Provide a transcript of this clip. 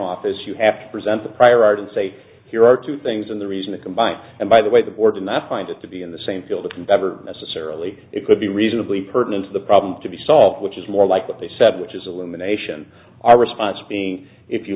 office you have to present the prior art and say here are two things and the reason the combine and by the way the board and that's going to be in the same field of endeavor necessarily it could be reasonably pertinent to the problem to be solved which is more like what they said which is elimination our response being if you